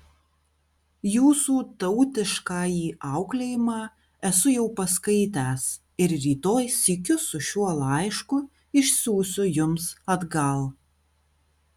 jūsų tautiškąjį auklėjimą esu jau paskaitęs ir rytoj sykiu su šiuo laišku išsiųsiu jums atgal